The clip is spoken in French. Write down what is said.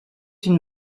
une